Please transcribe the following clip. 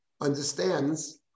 understands